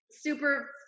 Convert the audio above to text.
super